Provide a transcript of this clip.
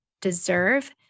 deserve